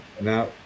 Now